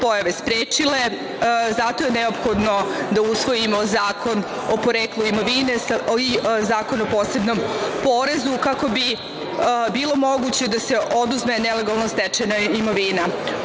pojave sprečile neophodno je da usvojimo Zakon o poreklu imovine i Zakon o posebnom porezu kako bi bilo moguće da se oduzme nelegalno stečena